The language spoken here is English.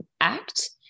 act